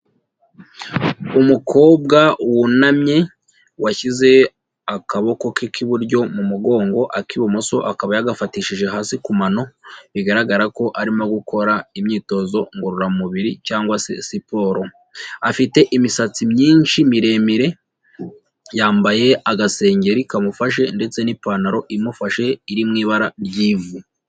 Umukobwa wunamye, washyize akaboko ke k'iburyo mu mugongo, ak'ibumoso akaba yagafatishije hasi ku mano, bigaragara ko arimo gukora imyitozo ngororamubiri cyangwa se siporo. Afite imisatsi myinshi, miremire, yambaye agasengeri kamufashe ndetse n'ipantaro imufashe, iri mu ibara ry'ivu.